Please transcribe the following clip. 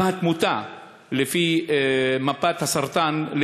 גם בתמותה לפי מפת הסרטן,